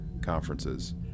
Conferences